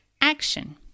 action